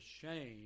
shame